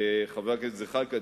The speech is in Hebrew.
וחבר הכנסת זחאלקה,